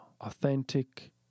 authentic